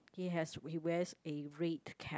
he has he wears a red cap